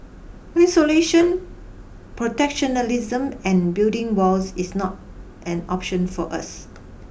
isolation protectionism and building walls is not an option for us